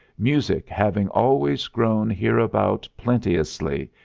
music having always grown hereabout plenteously,